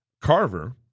Carver